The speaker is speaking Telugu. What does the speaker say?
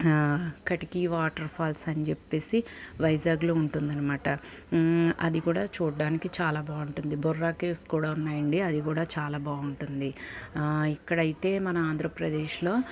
కటికి వాటర్ ఫాల్స్ అని చెప్పేసి వైజాగ్లో ఉంటుంది అనమాట అది కూడా చూడడానికి చాలా బాగుంటుంది బొర్రా కేవ్స్ కూడా ఉన్నాయండి అది కూడా బాగుంటుంది ఇక్కడైతే మన ఆంధ్రప్రదేశ్లో